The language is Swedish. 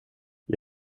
jag